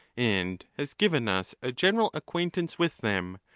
and has given us a general acquaintance with them,